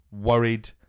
worried